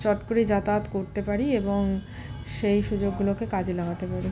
চট করে যাতায়াত করতে পারি এবং সেই সুযোগগুলোকে কাজে লাগাতে পারি